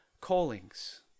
callings